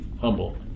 humble